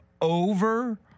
over